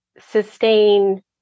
sustain